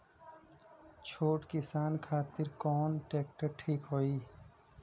छोट किसान खातिर कवन ट्रेक्टर ठीक होई?